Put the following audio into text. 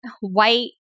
white